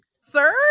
sir